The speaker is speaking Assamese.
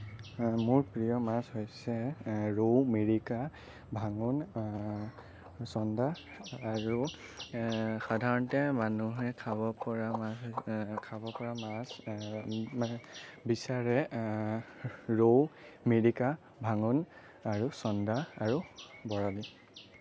মোৰ প্ৰিয় মাছ হৈছে ৰৌ মিৰিকা ভাঙন চন্দা আৰু সাধাৰণতে মানুহে খাব পৰা মাছ খাব পৰা মাছ বিচাৰে ৰৌ মিৰিকা ভাঙন আৰু চন্দা আৰু বৰালি